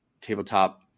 tabletop